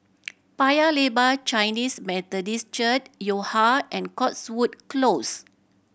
Paya Lebar Chinese Methodist Church Yo Ha and Cotswold Close